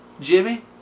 Jimmy